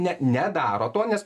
ne nedaro to nes